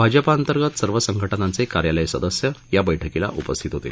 भाजपांतर्गत सर्व संघटनांचे कार्यालय सदस्य या बैठकीला उपस्थित होते